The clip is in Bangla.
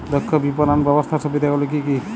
দক্ষ বিপণন ব্যবস্থার সুবিধাগুলি কি কি?